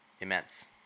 Immense